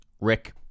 Rick